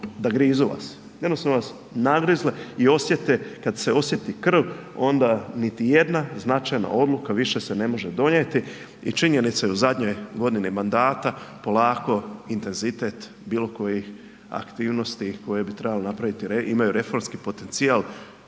da grizu vas, jednostavno su vas nagrizle i osjete, kad se osjeti krv onda niti jedna značajna odluka više se ne može donijeti i činjenica je u zadnjoj godini mandata polako intenzitet bilo kojih aktivnosti koje bi trebalo napraviti imaju reformski potencijal,